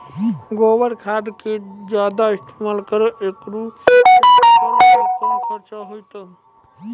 गोबर खाद के ज्यादा इस्तेमाल करौ ऐकरा से फसल मे कम खर्च होईतै?